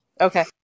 Okay